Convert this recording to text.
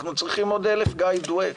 אנחנו צריכים עוד 1,000 גיא דואק.